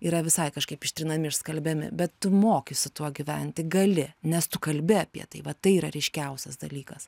yra visai kažkaip ištrinami išskalbiami bet tu moki su tuo gyventi gali nes tu kalbi apie tai va tai yra ryškiausias dalykas